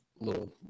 little